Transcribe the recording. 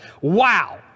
Wow